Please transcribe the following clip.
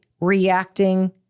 reacting